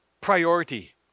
priority